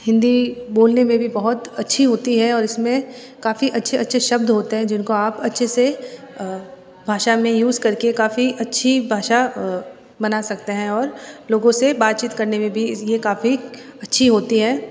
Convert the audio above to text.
हिंदी बोलने में भी बहुत अच्छी होती है और इसमें काफ़ी अच्छे अच्छे शब्द होते हैं जिनको आप अच्छे से भाषा में यूज़ करके काफ़ी अच्छी भाषा बना सकते हैं और लोगों से बातचीत करने में भी ये काफ़ी अच्छी होती है